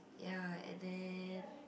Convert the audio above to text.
ya and then